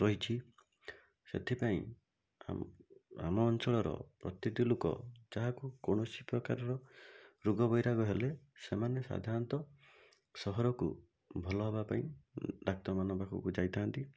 ରହିଛି ସେଥିପାଇଁ ଆମ ଆମ ଅଞ୍ଚଳର ପ୍ରତିଟି ଲୋକ ଯାହାକୁ କୌଣସି ପ୍ରକାରର ରୋଗ ବୈରାଗ ହେଲେ ସେମାନେ ସାଧାରଣତଃ ସହରକୁ ଭଲ ହେବା ପାଇଁ ଡାକ୍ତରମାନଙ୍କ ପାଖକୁ ଯାଇଥାନ୍ତି